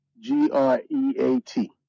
G-R-E-A-T